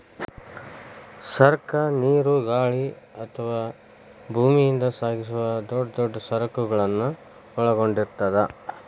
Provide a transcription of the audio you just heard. ಸರಕ ನೇರು ಗಾಳಿ ಅಥವಾ ಭೂಮಿಯಿಂದ ಸಾಗಿಸುವ ದೊಡ್ ದೊಡ್ ಸರಕುಗಳನ್ನ ಒಳಗೊಂಡಿರ್ತದ